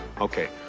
Okay